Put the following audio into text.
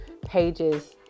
pages